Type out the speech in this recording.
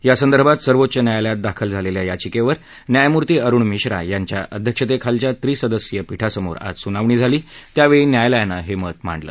यासंदर्भात सर्वोच्च न्यायालयात दाखल झालेल्या याचिकेवर न्यायमुर्ती अरुण मिश्रा यांच्या अध्यक्षतेखालच्या त्रिसदस्यीय पीठासमोर आज सुनावणी झाली त्यावेळी न्यायालयानं हे मत मांडलं